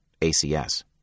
ACS